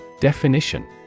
Definition